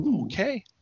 Okay